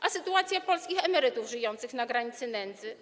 A sytuacja polskich emerytów żyjących na granicy nędzy?